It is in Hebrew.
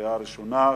קריאה ראשונה.